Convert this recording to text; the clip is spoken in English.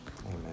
Amen